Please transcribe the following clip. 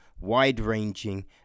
wide-ranging